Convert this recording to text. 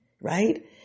right